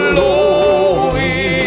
Glory